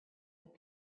that